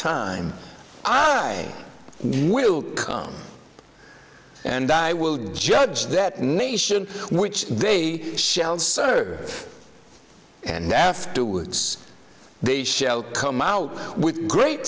time i will come and i will judge that nation which they shall serve and then afterwards they shall come out with great